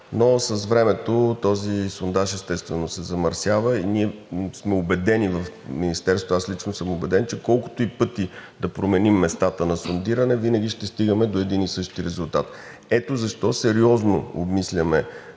но с времето този сондаж, естествено, се замърсява. Ние сме убедени в Министерството, аз лично съм убеден, че колкото и пъти да променим местата на сондиране, винаги ще стигаме до един и същ резултат. Ето защо сериозно обмисляме